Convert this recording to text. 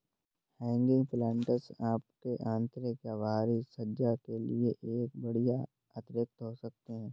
hanging planters आपके आंतरिक या बाहरी सज्जा के लिए एक बढ़िया अतिरिक्त हो सकते है